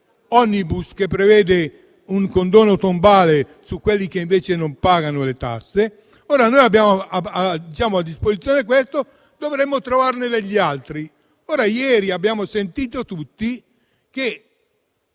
*omnibus* che prevede un condono tombale per coloro che invece non pagano le tasse. Ora noi abbiamo a disposizione queste risorse e dovremmo trovarne delle altre. Ieri abbiamo sentito dire che